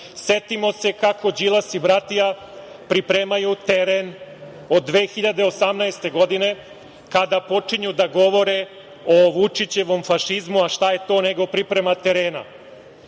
Setimo se kako Đilas i Bratija pripremaju teren od 2018. godine, kada počinju da govore o Vučićevom fašizmu, a šta je to nego priprema terena.